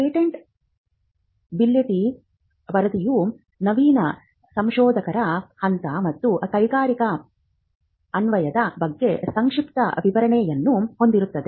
patentability ವರದಿಯು ನವೀನ ಸಂಶೋಧಕರ ಹಂತ ಮತ್ತು ಕೈಗಾರಿಕಾ ಅನ್ವಯದ ಬಗ್ಗೆ ಸಂಕ್ಷಿಪ್ತ ವಿವರಣೆಯನ್ನು ಹೊಂದಿರುತ್ತದೆ